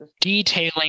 detailing